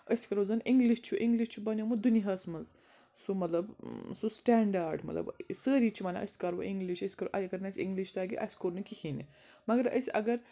أسۍ روزَن اِنٛگلِش چھُ اِنٛگلِش چھُ بَنیومُت دُنیاہَس منٛز سُہ مطلب سُہ سٹینٛڈاڈ مطلب سٲری چھِ وَنان أسۍ کَرو اِنٛگلِش أسۍ کَرو اَگَر نہٕ اَسہِ اِنٛگلِش تَگہِ اَسہِ کوٚر نہٕ کِہیٖنۍ نہٕ مَگَر أسۍ اگر